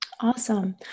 Awesome